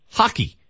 hockey